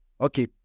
Okay